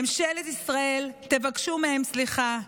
ממשלת ישראל, תבקשו מהם סליחה.